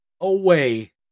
away